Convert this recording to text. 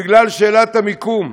בגלל שאלת המיקום,